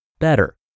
Better